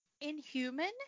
inhuman